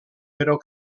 però